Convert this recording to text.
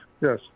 Yes